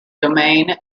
domain